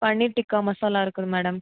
பன்னீர் டிக்கா மசாலா இருக்குது மேடம்